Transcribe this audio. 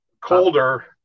colder